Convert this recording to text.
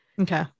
okay